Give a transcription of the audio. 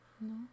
no